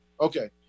Okay